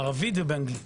בערבית ובאנגלית.